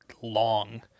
long